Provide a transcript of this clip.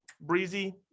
breezy